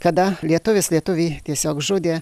kada lietuvis lietuvį tiesiog žudė